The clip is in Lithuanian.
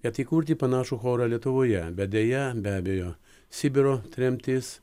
kad įkurti panašų chorą lietuvoje bet deja be abejo sibiro tremtis